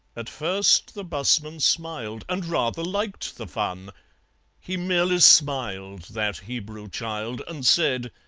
at first the busman smiled, and rather liked the fun he merely smiled, that hebrew child, and said,